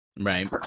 Right